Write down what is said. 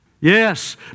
Yes